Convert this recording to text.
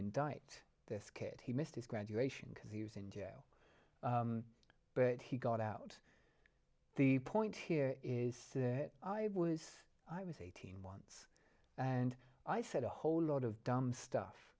indict this kid he missed his graduation because he was in jail but he got out the point here is that i was i was eighteen and i said a whole lot of dumb stuff